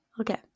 Okay